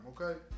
okay